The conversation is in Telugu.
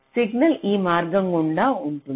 సిగ్నల్ ఈ మార్గం గుండా ఉంటుంది